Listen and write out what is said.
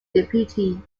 deputy